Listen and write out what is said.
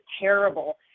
terrible